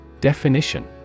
Definition